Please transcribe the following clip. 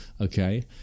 okay